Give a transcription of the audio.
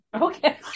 Okay